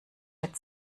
mit